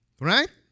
Right